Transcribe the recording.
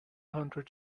hundred